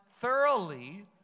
thoroughly